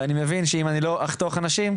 ואני מבין שאם אני לא אחתוך אנשים,